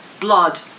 blood